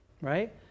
Right